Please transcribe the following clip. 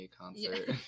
concert